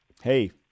Hey